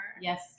yes